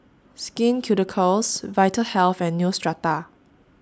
Skin Ceuticals Vitahealth and Neostrata